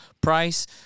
price